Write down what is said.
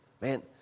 Man